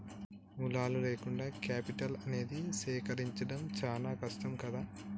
మూలాలు లేకుండా కేపిటల్ అనేది సేకరించడం చానా కష్టం గదా